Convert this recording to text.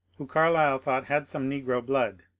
who carlyle thought had some negro blood.